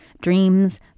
dreams